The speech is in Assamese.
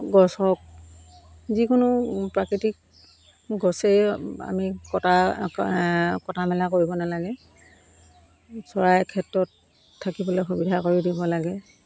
গছ হওক যিকোনো প্ৰাকৃতিক গছেই আমি কটা কটা মেলা কৰিব নালাগে চৰাইৰ ক্ষেত্ৰত থাকিবলৈ সুবিধা কৰি দিব লাগে